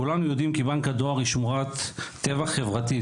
כולנו יודעים כי בנק הדואר היא שמורת טבע חברתית.